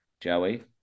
Joey